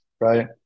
Right